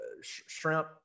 shrimp